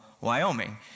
Wyoming